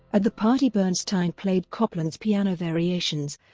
at the party bernstein played copland's piano variations,